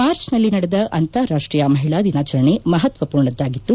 ಮಾರ್ಚ್ನಲ್ಲಿ ನಡೆದ ಅಂತಾರಾಷ್ಟೀಯ ಮಹಿಳಾ ದಿನಾಚರಣೆ ಮಹತ್ವಪೂರ್ಣದ್ದಾಗಿತ್ತು